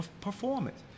performance